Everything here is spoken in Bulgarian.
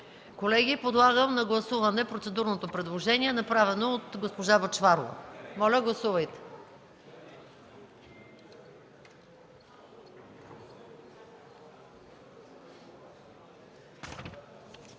Колеги, подлагам на гласуване процедурното предложение, направено от госпожа Бъчварова. Гласували